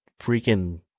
freaking